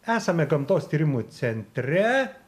esame gamtos tyrimų centre